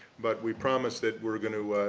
but, we promise that we're going to